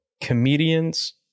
comedians